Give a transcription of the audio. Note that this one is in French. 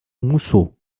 mousseau